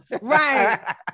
right